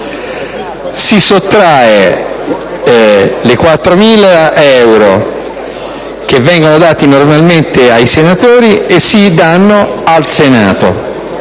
Si sottraggono i 4.000 euro che vengono dati normalmente ai senatori e si danno al Senato;